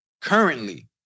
Currently